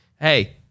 hey